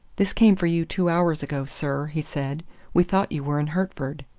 this came for you two hours ago, sir, he said we thought you were in hertford.